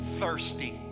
thirsty